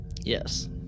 Yes